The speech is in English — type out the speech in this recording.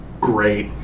great